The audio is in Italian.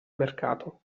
mercato